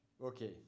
Okay